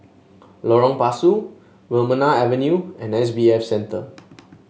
Lorong Pasu Wilmonar Avenue and S B F Center